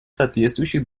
соответствующих